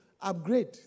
upgrade